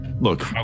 Look